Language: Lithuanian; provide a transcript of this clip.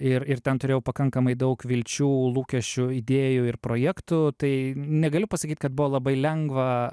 ir ir ten turėjau pakankamai daug vilčių lūkesčių idėjų ir projektų tai negaliu pasakyt kad buvo labai lengva